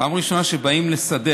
פעם ראשונה שבאים לסדר.